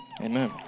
Amen